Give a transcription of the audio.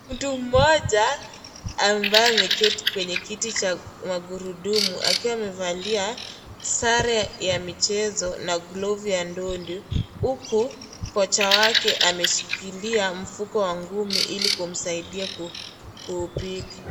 Mtu mmoja ambaye ameketi kwenye kiti Cha magurudumu akiwa amevalia sare ya michezo na glovu ya ndondi, huku kocha wake ameshikilia mfuko wa ngumi Ili kumsaidia kupiga.